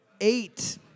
eight